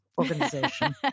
organization